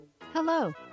Hello